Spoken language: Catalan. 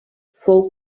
fou